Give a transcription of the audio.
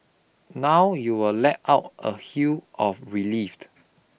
now you will let out a of relief